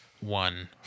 one